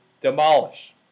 demolish